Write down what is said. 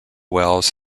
wells